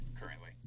currently